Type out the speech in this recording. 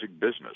business